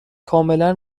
کاملا